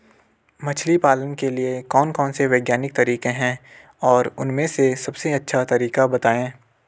मछली पालन के लिए कौन कौन से वैज्ञानिक तरीके हैं और उन में से सबसे अच्छा तरीका बतायें?